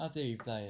reply eh